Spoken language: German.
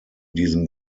diesem